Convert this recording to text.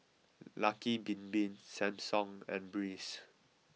Lucky Bin Bin Samsung and Breeze